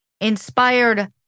inspired